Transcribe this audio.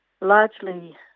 largely